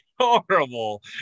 horrible